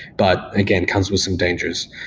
but again, come with some dangers.